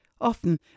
Often